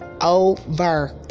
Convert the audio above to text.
over